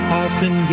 often